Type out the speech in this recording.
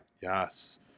Yes